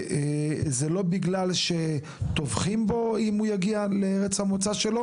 וזה לא בגלל שטווחים בו אם הוא יגיע לארץ המוצא שלו,